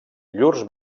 llurs